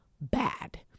bad